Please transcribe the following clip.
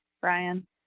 Brian